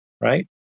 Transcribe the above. Right